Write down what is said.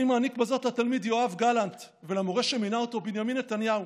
אני מעניק בזאת לתלמיד יואב גלנט ולמורה שמינה אותו בנימין נתניהו